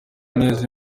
neza